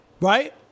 Right